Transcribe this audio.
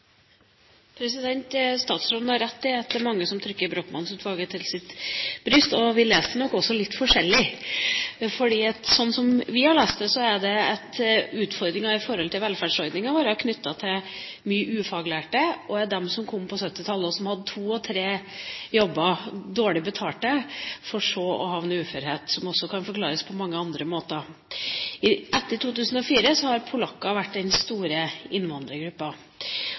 mange som trykker Brochmann-utvalget til sitt bryst, og vi leser nok også innstillingen litt forskjelling. Men slik vi har lest den, har utfordringer i velferdsordninger vært knyttet til mange ufaglærte, til dem som kom på 1970-tallet og hadde to eller tre dårlig betalte jobber, for så å havne i uførhet, som også kan forklares på mange andre måter. Etter 2004 har polakker vært den store